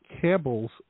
Campbell's